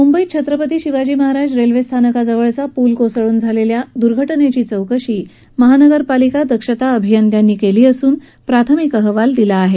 मुंबईत छत्रपती शिवाजी महाराज रेल्वे स्थानकाजवळचा पूल कोसळून झालेल्या दुर्घटनेची चौकशी महानगरपालिका दक्षता अभियंत्यांनी केली असून प्राथमिक अहवाल दिला आहे